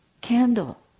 candle